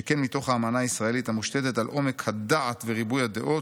שכן מתוך האמנה הישראלית המושתתת על עומק הדעת וריבוי הדעות,